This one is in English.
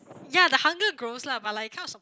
ya the hunger grows lah but like comes of